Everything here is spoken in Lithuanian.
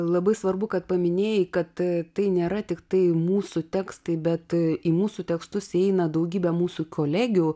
labai svarbu kad paminėjai kad tai nėra tiktai mūsų tekstai bet į mūsų tekstus įeina daugybė mūsų kolegių